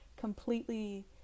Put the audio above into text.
completely